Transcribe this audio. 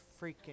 freaking